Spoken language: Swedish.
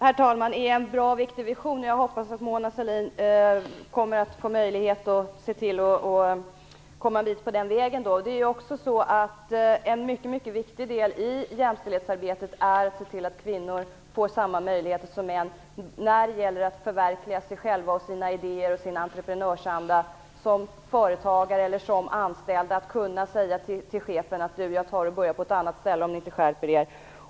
Herr talman! Det är en bra och viktig vision och jag hoppas att Mona Sahlin får möjligheten att se till att vi kommer fram en bit på den vägen. En mycket viktig del av jämställdhetsarbetet är ju också att se till att kvinnor får samma möjligheter som män när det gäller att förverkliga sig själva, sina idéer och sin entreprenörsanda som företagare och som anställda. Det gäller också att kunna säga till chefen: Du, jag tar och börjar på ett annat ställe om ni inte skärper er.